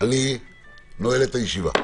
אני נועל את הישיבה.